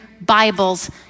Bibles